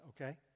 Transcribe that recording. okay